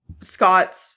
Scott's